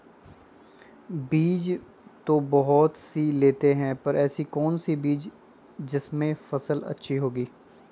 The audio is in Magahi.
बीज तो बहुत सी लेते हैं पर ऐसी कौन सी बिज जिससे फसल अच्छी होगी?